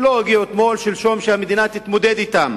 הם לא הגיעו אתמול-שלשום שהמדינה תתמודד אתם.